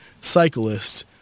cyclists